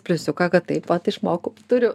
pliusiuką kad taip pat išmokau turiu